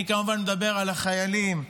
אני כמובן מדבר על החיילים,